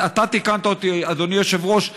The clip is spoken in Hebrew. אתה תיקנת אותי, אדוני היושב-ראש.